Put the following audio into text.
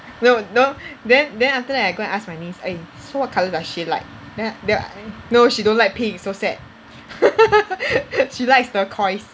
no no then then after that I go and ask my niece eh so what colour does she like then then no she don't like pink so sad she likes turquoise